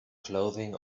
clothing